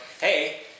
hey